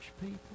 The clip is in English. people